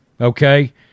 Okay